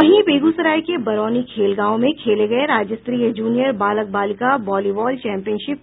वहीं बेगूसराय के बरौनी खेल गांव में खेले गए राज्यस्तरीय जुनियर बालक बालिका वालीबॉल चौम्पियनशिप